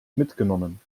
mitgenommen